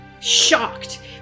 shocked